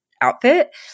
outfit